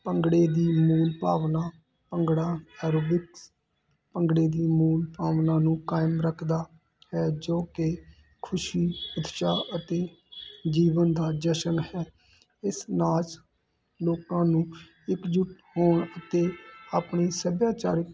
ਭੰਗੜੇ ਦੀ ਮੂਲ ਭਾਵਨਾ ਭੰਗੜਾ ਐਰੋਬਿਕਸ ਭੰਗੜੇ ਦੀ ਮੂਲ ਭਾਵਨਾ ਨੂੰ ਕਾਇਮ ਰੱਖਦਾ ਹੈ ਜੋ ਕਿ ਖੁਸ਼ੀ ਉਤਸ਼ਾਹ ਅਤੇ ਜੀਵਨ ਦਾ ਜਸ਼ਨ ਹੈ ਇਸ ਨਾਚ ਲੋਕਾਂ ਨੂੰ ਇੱਕਜੁੱਟ ਹੋਣ ਅਤੇ ਆਪਣੀ ਸੱਭਿਆਚਾਰਕ